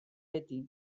beti